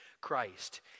Christ